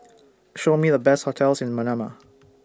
Show Me The Best hotels in Manama